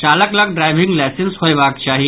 चालक लऽग driving licence होयबाक चाही